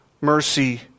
mercy